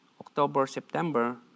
October-September